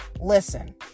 Listen